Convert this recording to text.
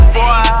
Boy